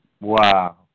Wow